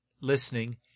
listening